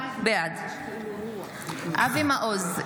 בעד אבי מעוז,